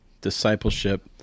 discipleship